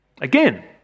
again